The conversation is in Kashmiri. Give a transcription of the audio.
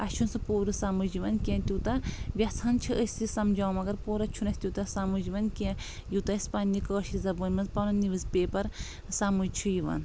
اسہِ چھُنہٕ سُہ پوٗرٕ سمٕجھ یوان کینٛہہ تیوٗتاہ یژھان چھِ أسۍ یہِ سمجھاوُن مگر پوٗرٕ چھُنہٕ اسہِ تیوٗتاہ سمٕجھ یِوان کینٛہہ یوٗتاہ اسہِ پننہِ کٲشرِ زبانہِ منٛز پنُن نیوٕز پیپر سمٕجھ چھُ یِوان